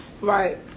Right